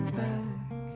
back